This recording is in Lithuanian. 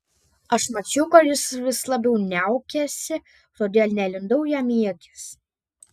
aš mačiau kad jis vis labiau niaukiasi todėl nelindau jam į akis